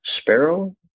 Sparrow